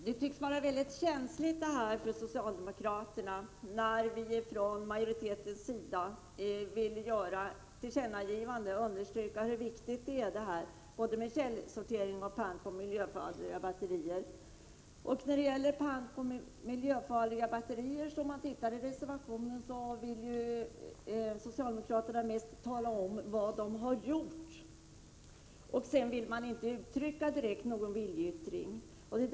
Herr talman! Det tycks vara mycket känsligt för socialdemokraterna när vi från majoritetens sida vill göra ett tillkännagivande och understryka hur viktigt det är med både källsortering och pant på miljöfarliga batterier. När det gäller pant på miljöfarliga batterier finner man om man tittar i reservationen att socialdemokraterna mest talar om vad de har gjort men sedan inte ger uttryck för någon viljeyttring.